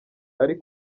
ari